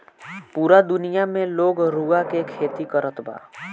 पूरा दुनिया में लोग रुआ के खेती करत बा